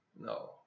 No